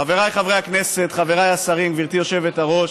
חבריי חברי הכנסת, חבריי השרים, גברתי היושבת-ראש,